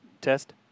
Test